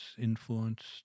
influenced